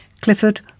Clifford